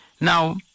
Now